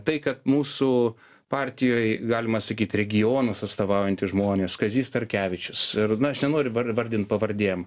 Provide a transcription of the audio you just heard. tai kad mūsų partijoj galima sakyt regionus atstovaujantys žmonės kazys starkevičius ir na aš nenoriu vardint pavardėm